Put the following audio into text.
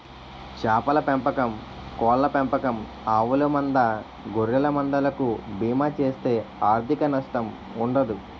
చేపల పెంపకం కోళ్ళ పెంపకం ఆవుల మంద గొర్రెల మంద లకు బీమా చేస్తే ఆర్ధిక నష్టం ఉండదు